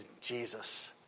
Jesus